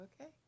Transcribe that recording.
Okay